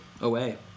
away